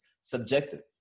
subjective